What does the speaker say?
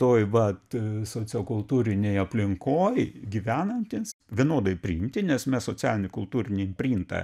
toj vat sociokultūrinėj aplinkoje gyvenantiems vienodai priimti nes mes socialinį kultūrinį printą